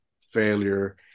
failure